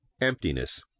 emptiness